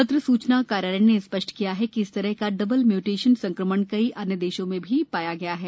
पत्र सूचना कार्यालय ने स्पष्ट किया कि इस तरह का डबल म्यूटेशन संक्रमण कई अन्य देशों में भी पाया गया है